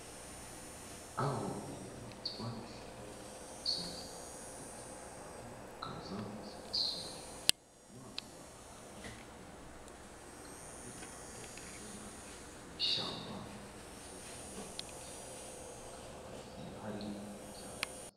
Aho inyamaswa zibera ku gasozi ndetse abantu bakaza kuzihasura, inyamaswa akaba ari ingwe, ikaba iri aho yibera mu ishyamba ndetse no mu biti, hakaba hasi hari ibyatsi.